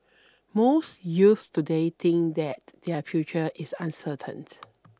most youths today think that their future is uncertain